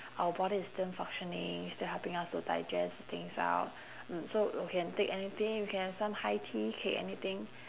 our body is still functioning still helping us to digest the things out mm so you can take anything you can some high tea cake anything